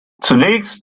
zunächst